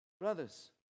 brothers